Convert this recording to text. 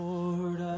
Lord